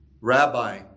Rabbi